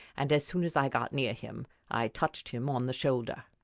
and as soon as i got near him i touched him on the shoulder.